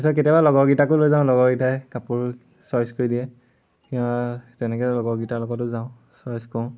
পিছত কেতিয়াবা লগৰকিটাকো লৈ যাওঁ লগৰকিটাই কাপোৰ চইজ কৰি দিয়ে তেনেকে লগৰকিটাৰ লগতো যাওঁ চইজ কৰো